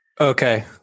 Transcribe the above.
Okay